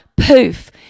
poof